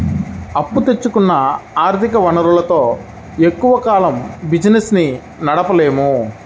అప్పు తెచ్చుకున్న ఆర్ధిక వనరులతో ఎక్కువ కాలం బిజినెస్ ని నడపలేము